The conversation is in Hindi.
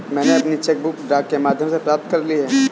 मैनें अपनी चेक बुक डाक के माध्यम से प्राप्त कर ली है